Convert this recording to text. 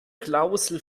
klausel